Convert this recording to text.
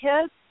kids